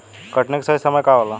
कटनी के सही समय का होला?